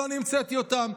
לא אני המצאתי אותם,